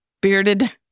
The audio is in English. Bearded